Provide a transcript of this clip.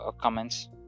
comments